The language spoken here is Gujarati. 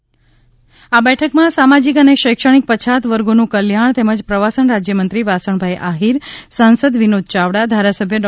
બાઈટ સીએમ આ બેઠકમાં સામાજિક અને શૈક્ષણિક પછાત વર્ગોનું કલ્યાણ તેમજ પ્રવાસન રાજ્યમંત્રી વાસણભાઇ આહિર સાંસદ વિનોદ ચાવડા ધારાસભ્ય ડૉ